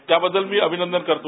त्याबद्दल मी अभिनंदन करतो